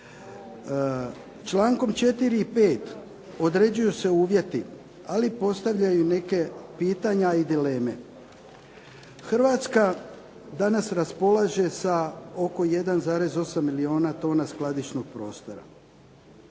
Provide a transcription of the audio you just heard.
Člankom 4. i 5. određuju se uvjeti ali i postavljaju neka pitanja i dileme. Hrvatska danas raspolaže sa oko 1,8 milijuna tona skladišnog prostora